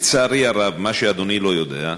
לצערי הרב, מה שאדוני לא יודע,